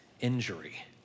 injury